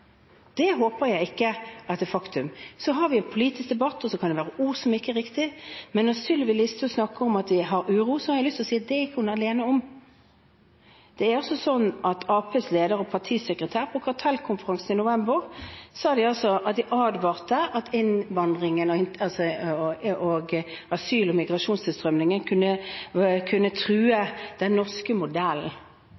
Det håper jeg ikke er faktum. Så har vi en politisk debatt, og så kan det være ord som ikke er riktig, men når Sylvi Listhaug snakker om at vi har uro, har jeg lyst til å si: Det er hun ikke alene om. Det er altså sånn at Arbeiderpartiets leder og partisekretær på Kartellkonferansen i november advarte om at asyl- og migrasjonstilstrømningen kunne true den norske modellen. Jeg mener at de har rett i at